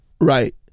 Right